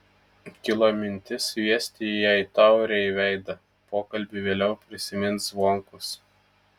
kilo mintis sviesti jai taurę į veidą pokalbį vėliau prisimins zvonkus